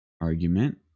argument